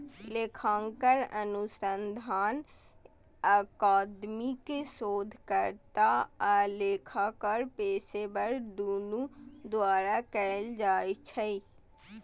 लेखांकन अनुसंधान अकादमिक शोधकर्ता आ लेखाकार पेशेवर, दुनू द्वारा कैल जाइ छै